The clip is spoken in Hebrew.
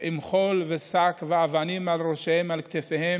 עם חול, עם שק ואבנים על ראשיהם, על כתפיהם,